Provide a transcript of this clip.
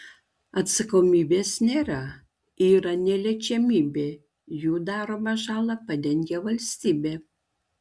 atsakomybės nėra yra neliečiamybė jų daromą žalą padengia valstybė